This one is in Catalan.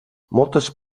moltes